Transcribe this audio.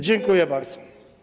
Dziękuję bardzo.